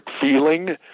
feeling